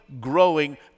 growing